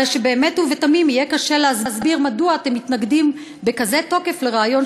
הרי באמת ובתמים יהיה קשה להסביר מדוע אתם מתנגדים בכזה תוקף לרעיון